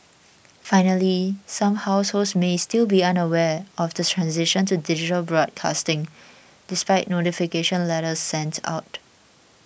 finally some households may still be unaware of the transition to digital broadcasting despite notification letters sent out